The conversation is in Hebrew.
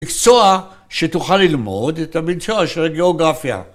מקצוע שתוכל ללמוד את המקצוע של הגיאוגרפיה.